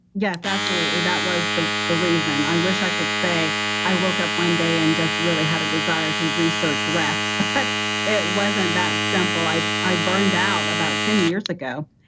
yeah, absolutely. that was the the reason. i wish i could say i woke up one day and just really had a desire to research rest. but it wasn't that simple. i i burned out about ten years ago.